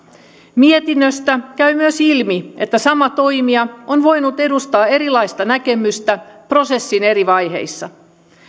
mietinnöstä käy myös ilmi että sama toimija on voinut edustaa erilaista näkemystä prosessin eri vaiheissa